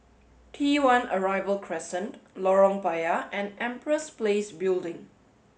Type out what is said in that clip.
T one Arrival Crescent Lorong Payah and Empress Place Building